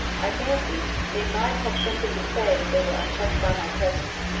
i fancied they might have something to say if they were unchecked by my presence,